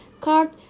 card